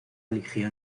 eligió